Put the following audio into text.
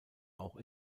auch